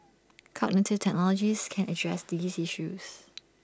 cognitive technologies can address these issues